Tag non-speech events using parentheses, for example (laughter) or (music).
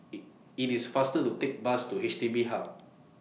(unintelligible) IT IS faster to Take Bus to H D B Hub